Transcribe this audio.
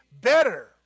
better